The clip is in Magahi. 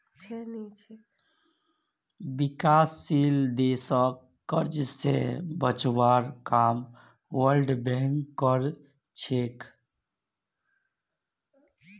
विकासशील देशक कर्ज स बचवार काम वर्ल्ड बैंक कर छेक